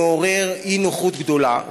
זה מעורר אי-נוחות גדולה.